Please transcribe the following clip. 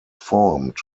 formed